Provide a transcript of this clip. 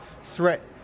threat